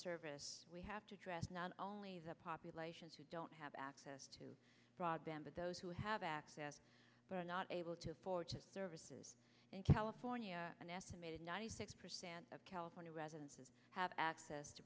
service we have to address not only the populations who don't have access to broadband but those who have access but are not able to afford to services in california an estimated ninety six percent of california residents have access to